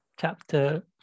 chapter